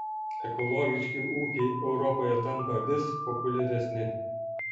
ekologiški ūkiai europoje tampa vis populiaresni